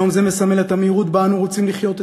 יום זה מסמל את המהירות שבה אנו רוצים לחיות את